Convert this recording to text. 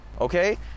Okay